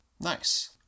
Nice